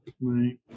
right